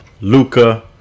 Luca